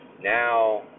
Now